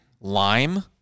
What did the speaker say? lime